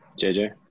JJ